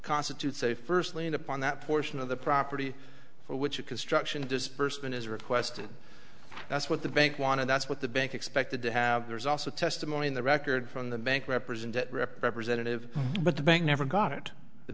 constitutes a first lien upon that portion of the property for which a construction disbursement is request it that's what the bank wanted that's what the bank expected to have there's also testimony in the record from the bank represent that representative but the bank never got it the